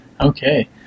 Okay